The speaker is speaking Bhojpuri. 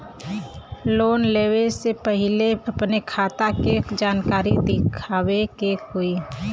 लोन लेवे से पहिले अपने खाता के जानकारी दिखावे के होई?